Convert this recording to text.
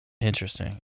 Interesting